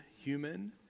human